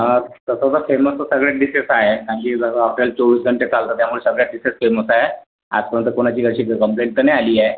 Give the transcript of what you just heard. हा तसं तर फेमस तर सगळ्याच डीशेस आहेत आणखी जरा हॉटेल चोवीस घंटे चालतं त्यामुळे सगळ्या डीशेस फेमस आहे आजपर्यंत कोणाची तशी तर कम्प्लेंट तर नाही आली आहे